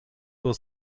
was